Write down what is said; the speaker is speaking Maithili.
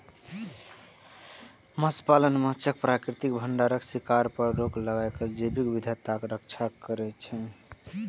मत्स्यपालन माछक प्राकृतिक भंडारक शिकार पर रोक लगाके जैव विविधताक रक्षा करै छै